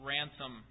Ransom